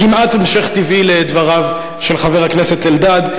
כמעט המשך טבעי לדבריו של חבר הכנסת אלדד,